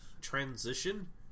transition